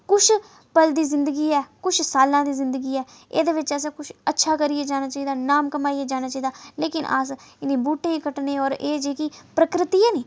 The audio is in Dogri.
कुछ पल दी जिंदगी ऐ कुछ सालां दी जिंदगी ऐ एह्दे बिच्च असें कुछ अच्छा करियै जाना चाहीदा नाम कमाईयै जाना चाहीदा लेकिन अस इनें बूह्टे कटने और एह् जेह्की प्रकृति ऐ निं